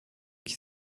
qui